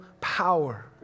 power